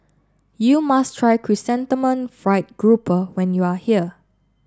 you must try Chrysanthemum Fried Grouper when you are here